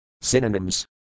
Synonyms